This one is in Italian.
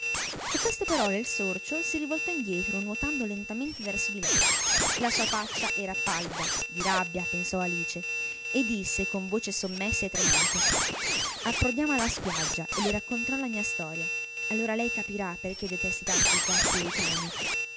a queste parole il sorcio si rivoltò indietro nuotando lentamente verso di lei la sua faccia era pallida di rabbia pensò alice e disse con voce sommessa e tremante approdiamo alla spiaggia e le racconterò la mia storia allora lei capirà perchè io detesti tanto i gatti e i cani